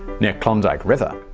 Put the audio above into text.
near klondike river,